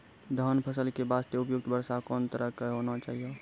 धान फसल के बास्ते उपयुक्त वर्षा कोन तरह के होना चाहियो?